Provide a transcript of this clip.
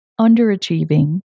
underachieving